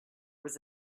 was